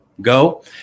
go